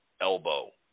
elbow